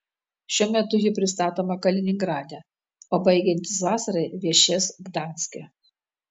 šiuo metu ji pristatoma kaliningrade o baigiantis vasarai viešės gdanske